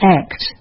act